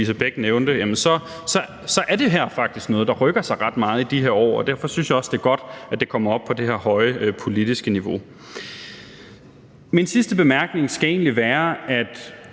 fru Lise Bech nævnte, så er det her faktisk noget, der rykker sig ret meget i de her år, og derfor synes jeg også, det er godt, at det kommer op på det her høje politiske niveau. Min sidste bemærkning skal egentlig være, at